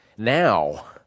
now